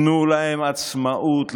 תנו להם עצמאות,